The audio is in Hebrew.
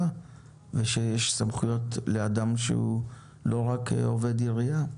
ושיש סמכויות לאדם הוא לא רק עובד עירייה?